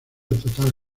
total